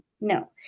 No